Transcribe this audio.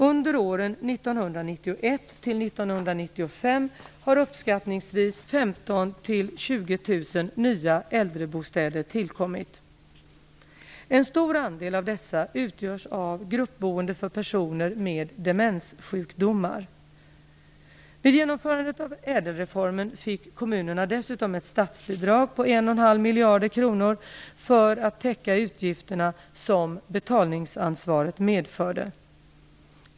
Under åren 1991 till 1995 har uppskattningsvis 15 000-20 000 nya äldrebostäder tillkommit. En stor andel av dessa utgörs av gruppboende för personer med demenssjukdomar. Vid genomförandet av ÄDEL-reformen fick kommunerna dessutom ett statsbidrag på 1,5 miljarder kronor för att täcka utgifterna som betalningansvaret medförde.